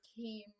came